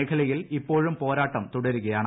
മേഖലയിൽ ഇപ്പോഴും പോരാട്ടം തുടരുകയാണ്